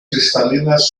cristalinas